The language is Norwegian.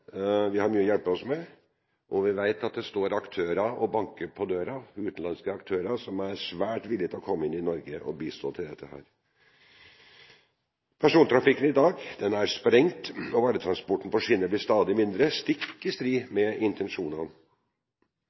vi har mye å hjelpe oss med, og vi vet at det står aktører og banker på døren, utenlandske aktører, som er svært villige til å komme til Norge og bistå. Persontrafikken i dag er sprengt, og varetransporten på skinner blir stadig mindre, stikk i strid med intensjonene.